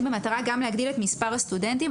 במטרה להגדיל את מספר הסטודנטים.